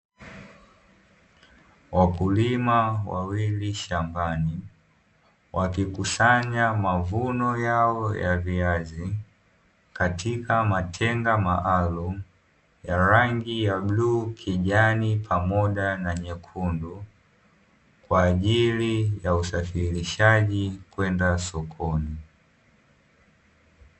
Wakulima wawili shambani, wakikusanya mavuno yao ya viazi katika matenga maalumu ya rangi ya bluu, kijani pamoja na nyekundu, kwa ajili ya usafirishaji kwenda sokoni.